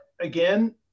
again